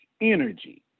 energy